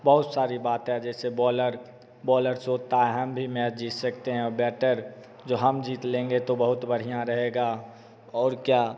बहुस सारी बात है जैसे बॉलर बॉलर सोचता हम भी मैच जीत सकते हैं बेटर जो हम जीत लेंगे तो बहुत बढ़िया रहेगा और क्या